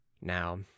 Now